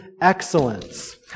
excellence